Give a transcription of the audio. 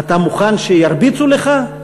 אתה מוכן שירביצו לך?